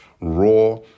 raw